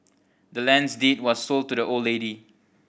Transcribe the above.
the land's deed was sold to the old lady